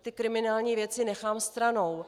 Ty kriminální věci nechám stranou.